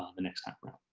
um the next time around.